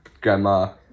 Grandma